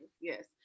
Yes